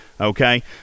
Okay